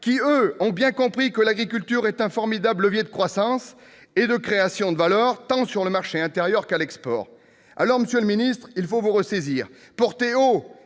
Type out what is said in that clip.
qui, eux, ont bien compris que l'agriculture est un formidable levier de croissance et de création de valeur, tant sur le marché intérieur qu'à l'export. Alors, monsieur le ministre, il faut vous ressaisir